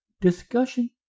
discussion